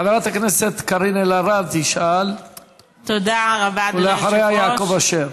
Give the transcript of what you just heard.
חברת הכנסת קארין אלהרר תשאל, ואחריה, יעקב אשר.